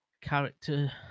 Character